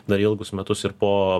dar ilgus metus ir po